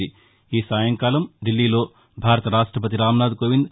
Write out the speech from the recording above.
ఈ రోజు సాయంకాలం దిల్లీలో భారత రాష్టపతి రామ్నాథ్ కోవింద్